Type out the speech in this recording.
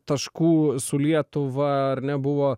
taškų su lietuva ar ne buvo